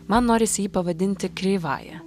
man norisi jį pavadinti kreivąja